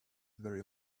very